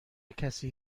کسی